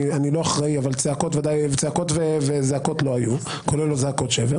לא אחראי אבל צעקות וזעקות לא היו כולל לא זעקות שבר